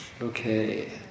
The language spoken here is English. Okay